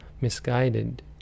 misguided